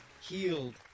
Healed